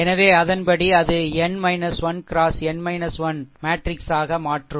எனவே அதன்படி அது n 1 X n 1 மேட்ரிக்ஸாக மாற்றும்